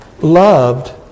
loved